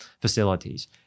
facilities